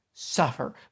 Suffer